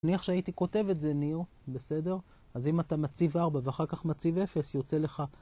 נניח שהייתי כותב את זה ניר, בסדר? אז אם אתה מציב 4 ואחר כך מציב 0 יוצא לך